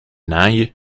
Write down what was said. naaien